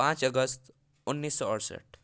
पाँच अगस्त उन्नीस सौ अड़सठ